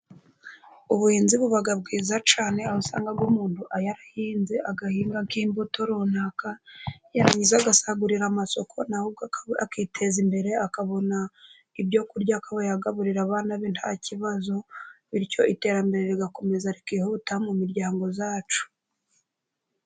Ubuhinzi buba bwiza cyane. Aho usanga umuntu yarahinze, agahinga nk'imbuto runaka, yarangiza agasagurira amasoko. Na we ubwe akiteza imbere, akabona ibyo kurya. Akaba yagaburira abana be nta kibazo, bityo iterambere rigakomeza rikihuta mu miryango yacu.